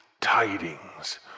tidings